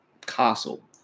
castle